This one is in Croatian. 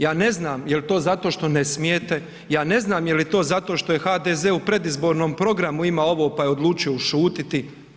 Ja ne znam jel to zato što ne smijete, ja ne znam jeli to zato što je HDZ u predizbornom programu imao ovo pa je odlučio ušutiti.